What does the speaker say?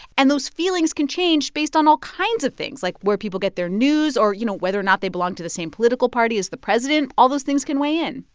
and those feelings can change based on all kinds of things like where people get their news or you know whether or not they belong to the same political party as the president. all those things can weigh in.